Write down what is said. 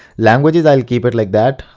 languages i'll keep it like that.